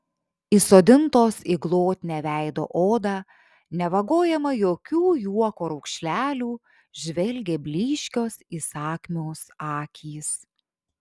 įsodintos į glotnią veido odą nevagojamą jokių juoko raukšlelių žvelgė blyškios įsakmios akys